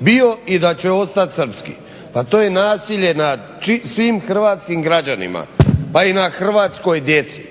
bio i da će ostati srpski a to je nasilje nad svim hrvatskim građanima pa i na hrvatskoj djeci.